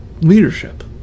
leadership